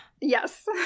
Yes